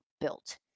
built